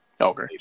Okay